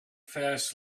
fast